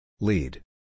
Lead